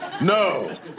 No